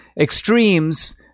extremes